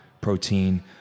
protein